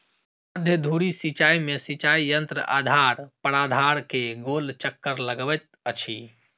मध्य धुरी सिचाई में सिचाई यंत्र आधार प्राधार के गोल चक्कर लगबैत अछि